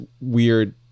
weird